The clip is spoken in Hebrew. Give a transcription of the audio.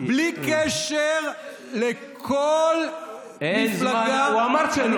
בלי קשר לכל מפלגה, אין זמן, הוא אמר שלא.